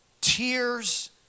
tears